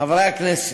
חברי הכנסת,